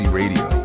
radio